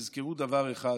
תזכרו דבר אחד: